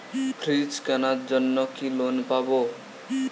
Fridge কেনার জন্য কি লোন পাব?